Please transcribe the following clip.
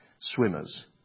swimmers